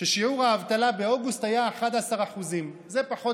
ששיעור האבטלה באוגוסט היה 11% זה פחות